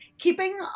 Keeping